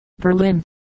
Berlin